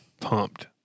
pumped